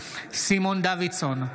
אינו נוכח סימון דוידסון,